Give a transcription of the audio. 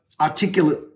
articulate